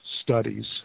studies